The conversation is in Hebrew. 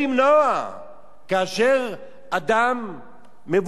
כאשר אדם מבוגר מנסה,